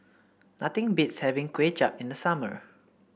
nothing beats having Kuay Chap in the summer